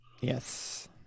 Yes